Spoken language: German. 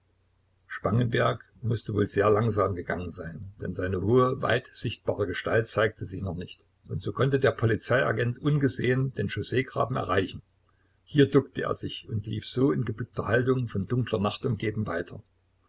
spangenberg mußte wohl sehr langsam gegangen sein denn seine hohe weit sichtbare gestalt zeigte sich noch nicht und so konnte der polizeiagent ungesehen den chausseegraben erreichen hier duckte er sich und lief so in gebückter haltung von dunkler nacht umgeben weiter